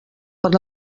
per